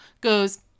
goes